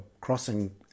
crossing